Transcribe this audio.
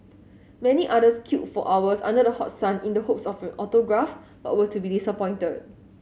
many others queued for hours under the hot sun in the hopes of an autograph but were to be disappointed